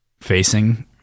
facing